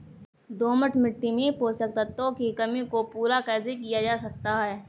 दोमट मिट्टी में पोषक तत्वों की कमी को पूरा कैसे किया जा सकता है?